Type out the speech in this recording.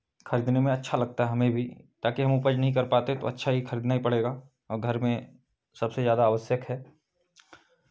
खरीदने में अच्छा लगता है हमें भी ताकि हम उपज नहीं कर पाते तो अच्छा ही खरीदने पड़ेगा आ घर में सबसे ज़्यादा आवश्यक है